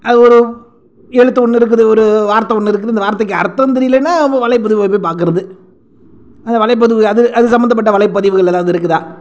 அது ஒரு எழுத்து ஒன்று இருக்குது ஒரு வார்த்தை ஒன்று இருக்குது இந்த வார்த்தைக்கு அர்த்தம் தெரியலைனா நம்ம வலைபதிவில் போய் பார்க்குறது அந்த வலைபதிவு அது அது சம்பந்தப்பட்ட வலைபதிவுகள் ஏதாவது இருக்குதா